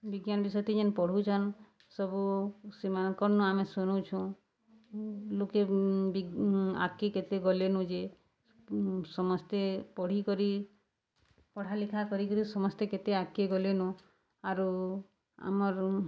ବିଜ୍ଞାନ୍ ବିଷୟରେ ଯେନ୍ ପଢ଼ୁଛନ୍ ସବୁ ସେମାନଙ୍କର୍ ନୁ ଆମେ ଶୁନୁଛୁଁ ଲୋକେ ଆଗ୍କେ କେତେ ଗଲେନ ଯେ ସମସ୍ତେ ପଢ଼ିକରି ପଢ଼ା ଲେଖା କରିକିରି ସମସ୍ତେ କେତେ ଆଗ୍କେ ଗଲେନ ଆରୁ ଆମର୍